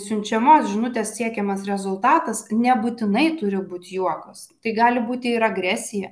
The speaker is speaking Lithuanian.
siunčiamos žinutės siekiamas rezultatas nebūtinai turi būti juokas tai gali būti ir agresija